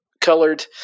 colored